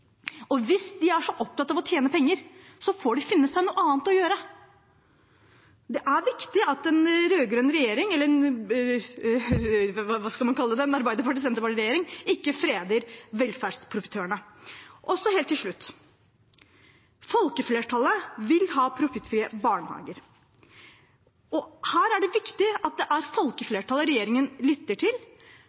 hvis de er så opptatt av å tjene penger, får de finne seg noe annet å gjøre. Det er viktig at en rød-grønn regjering, eller hva man skal kalle det – en Arbeiderparti–Senterparti-regjering – ikke freder velferdsprofitørene. Helt til slutt: Folkeflertallet vil ha profittfrie barnehager, og her er det viktig at det er folkeflertallet regjeringen lytter til.